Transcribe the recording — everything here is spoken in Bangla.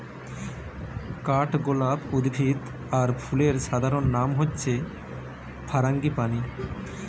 কাঠগোলাপ উদ্ভিদ আর ফুলের সাধারণ নাম হচ্ছে ফারাঙ্গিপানি